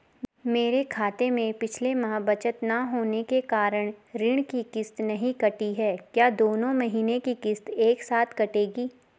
मेरे खाते में पिछले माह बचत न होने के कारण ऋण की किश्त नहीं कटी है क्या दोनों महीने की किश्त एक साथ कटेगी?